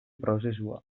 prozesua